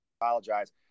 apologize